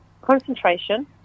concentration